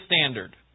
standard